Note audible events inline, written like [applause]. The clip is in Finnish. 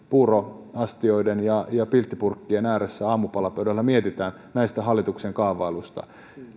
[unintelligible] puuroastioiden ja piltti purkkien ääressä aamupalapöydässä mietitään näistä hallituksen kaavailuista